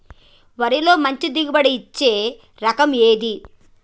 వరిలో మంచి దిగుబడి ఇచ్చే రకం ఏది?